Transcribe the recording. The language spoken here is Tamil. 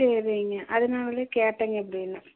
சரிங்க அதனால் தான் கேட்டேங்க எப்படின்னு